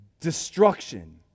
Destruction